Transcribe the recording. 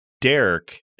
Derek